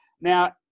Now